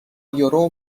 یورو